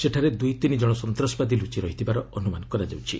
ସେଠାରେ ଦୁଇ ତିନି ଜଣ ସନ୍ତାସବାଦୀ ଲୁଚି ରହିଥିବାର ଅନୁମାନ କରାଯାଉଛି